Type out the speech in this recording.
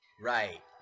Right